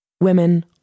Women